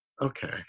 Okay